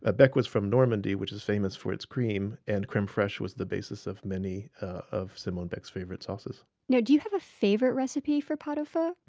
ah beck is from normandy, which is famous for its cream, and creme fraiche was the basis of many of simone beck's favorite sauces you know do you have a favorite recipe for pot au feu?